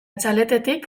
txaletetik